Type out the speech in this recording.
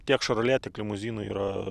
tiek šorolė tiek limuzinų yra